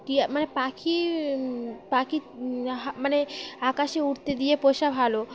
টিয়া মানে পাখি পাখি মানে আকাশে উড়তে দিয়ে পোষা ভালো